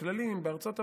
וכללים בארצות הברית,